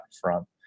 front